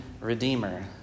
redeemer